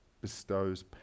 bestows